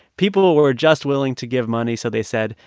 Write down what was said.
people were just willing to give money, so they said,